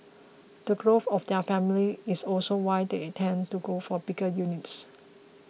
the growth of their families is also why they tend to go for bigger units